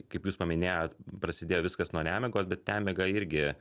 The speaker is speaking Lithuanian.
kaip jūs paminėjot prasidėjo viskas nuo nemigos bet nemiga irgi